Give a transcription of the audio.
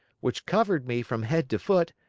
which covered me from head to foot,